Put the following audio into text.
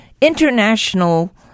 international